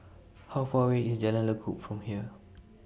How Far away IS Jalan Lekub from here